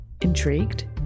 Intrigued